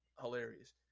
hilarious